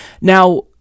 Now